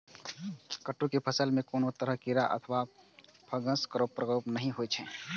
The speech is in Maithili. कट्टू के फसल मे कोनो तरह कीड़ा अथवा फंगसक प्रकोप नहि होइ छै